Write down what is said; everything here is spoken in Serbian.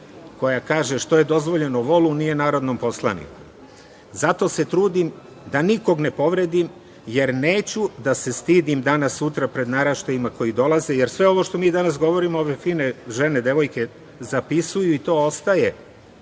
koja kaže – Što je dozvoljeno volu, nije narodnom poslaniku. Zato se trudim da nikog ne povredim jer neću da se stidim danas-sutra pred naraštajima koji dolaze, jer sve ovo što mi danas govorimo, ove fine žene, devojke zapisuju i to ostaje